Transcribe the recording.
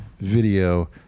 video